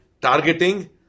targeting